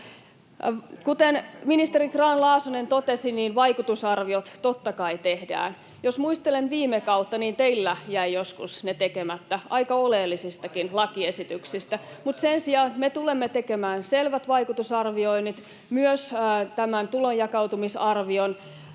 Kuten ministeri Grahn-Laasonen totesi, vaikutusarviot totta kai tehdään. Jos muistelen viime kautta, niin teillä jäivät joskus ne tekemättä aika oleellisistakin lakiesityksistä. Sen sijaan me tulemme tekemään selvät vaikutusarvioinnit, myös tämän tuloluokkiin jakautumisen arvion,